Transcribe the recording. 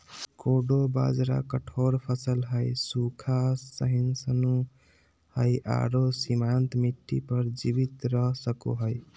कोडो बाजरा कठोर फसल हइ, सूखा, सहिष्णु हइ आरो सीमांत मिट्टी पर जीवित रह सको हइ